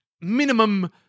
minimum